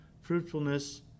fruitfulness